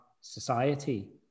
society